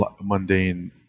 mundane